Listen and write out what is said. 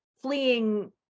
fleeing